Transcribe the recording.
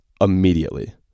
immediately